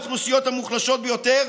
האוכלוסיות המוחלשות ביותר,